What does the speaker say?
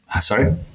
sorry